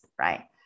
right